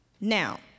now